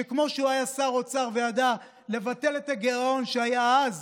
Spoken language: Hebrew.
שכמו שהוא היה שר אוצר וידע לבטל את הגירעון שהיה אז,